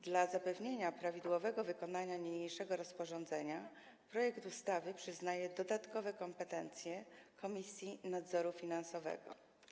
Dla zapewnienia prawidłowego wykonywania niniejszego rozporządzenia projekt ustawy przyznaje dodatkowe kompetencje Komisji Nadzoru Finansowego.